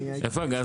איפה הגז